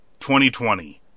2020